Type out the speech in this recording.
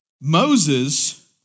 Moses